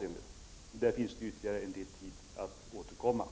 Men det finns anledning att återkomma